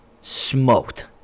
Smoked